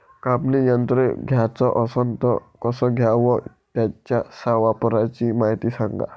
कापनी यंत्र घ्याचं असन त कस घ्याव? त्याच्या वापराची मायती सांगा